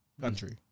country